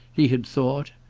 he had thought,